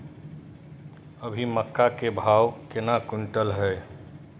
अभी मक्का के भाव केना क्विंटल हय?